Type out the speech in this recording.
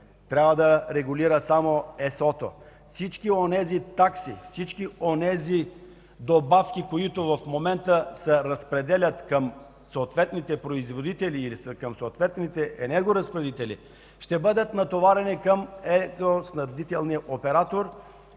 трябва да регулира само ЕСО-то. Всички онези такси и добавки, които в момента се разпределят към съответните производители или са към съответните енергопроизводители, ще бъдат натоварени към електроснабдителния оператор.